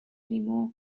anymore